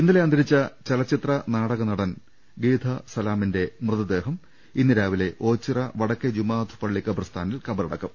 ഇന്നലെ അന്തരിച്ച ചലച്ചിത്ര നാടക നടൻ ഗീഥ സലാമിന്റെ മൃത ദേഹം ഇന്ന് രാവിലെ ഓച്ചിറ വടക്കേ ജമാഅത്ത് പള്ളി ഖബറിസ്ഥാ നിൽ ഖബറടക്കും